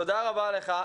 רפאל תודה רבה לך,